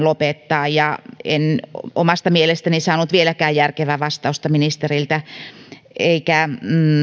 lopettaa ja en omasta mielestäni saanut vieläkään järkevää vastausta ministeriltä enkä